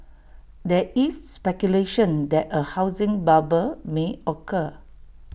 there is speculation that A housing bubble may occur